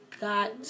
got